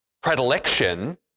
predilection